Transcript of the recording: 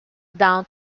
down